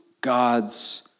God's